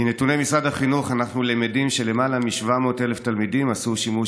מנתוני משרד החינוך אנחנו למדים שלמעלה מ-700,000 תלמידים עשו שימוש